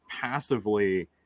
passively